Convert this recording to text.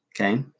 Okay